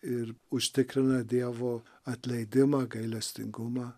ir užtikrina dievo atleidimą gailestingumą